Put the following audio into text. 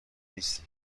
نیستی